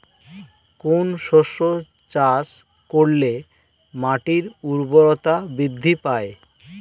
কোন শস্য চাষ করলে মাটির উর্বরতা বৃদ্ধি পায়?